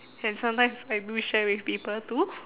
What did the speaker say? and sometimes I do share with people too